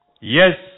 Yes